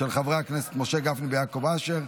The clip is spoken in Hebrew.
התשפ"ג 2023,